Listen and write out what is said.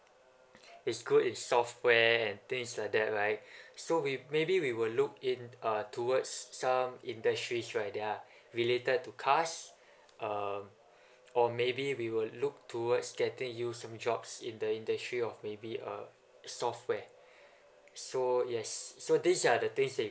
it's good in software and things like that right so we maybe we will look in uh towards some industries right that are related to cars um or maybe we will look towards getting you some jobs in the industry of maybe uh software so yes so these are the things that